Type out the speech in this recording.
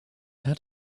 had